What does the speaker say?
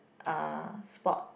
uh sport